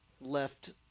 left